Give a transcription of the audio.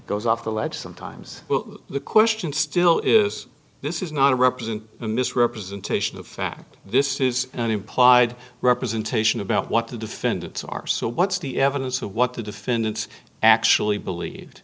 goes off the ledge sometimes well the question still is this is not a represent a misrepresentation of fact this is an implied representation about what the defendants are so what's the evidence of what the defendants actually believed